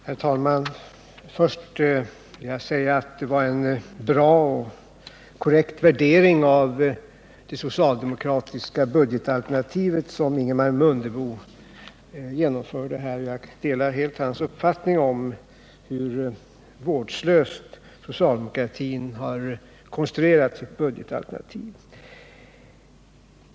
Herr talman! Först vill jag säga att Ingemar Mundebo gav en bra och korrekt värdering av det socialdemokratiska budgetalternativet. Jag delar helt hans uppfattning om hur vårdslöst socialdemokratin har konstruerat sitt budgetalternativ.